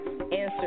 answer